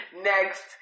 next